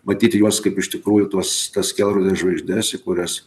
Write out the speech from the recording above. matyt juos kaip iš tikrųjų tuos tas kelrodes žvaigždes į kurias